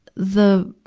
the,